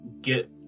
get